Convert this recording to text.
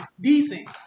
decent